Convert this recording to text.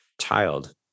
child